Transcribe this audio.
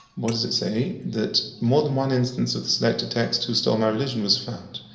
what does it say? that more than one instance of the selected text who stole my religion was found.